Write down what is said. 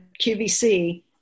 QVC